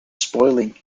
spoiling